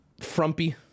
frumpy